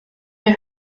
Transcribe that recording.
mir